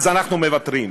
אז אנחנו מוותרים.